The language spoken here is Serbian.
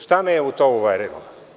Šta me je u to uverilo?